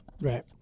Right